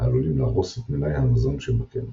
העלולים להרוס את מלאי המזון שבקן.